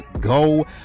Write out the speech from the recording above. go